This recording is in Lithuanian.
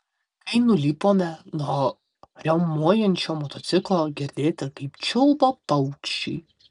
kai nulipome nuo riaumojančio motociklo girdėti kaip čiulba paukščiai